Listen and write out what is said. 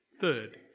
Third